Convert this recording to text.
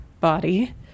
body